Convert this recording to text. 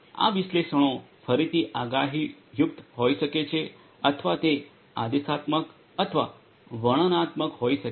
આ વિશ્લેષણો ફરીથી આગાહીયુક્ત હોઈ શકે છે અથવા તે આદેશાત્મક અથવા વર્ણનાત્મક હોઈ શકે છે